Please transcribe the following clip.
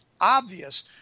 obvious